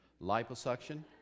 liposuction